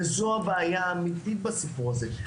וזו הבעיה האמיתית בסיפור הזה.